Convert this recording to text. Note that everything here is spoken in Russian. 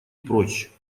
прочь